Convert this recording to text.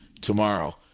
tomorrow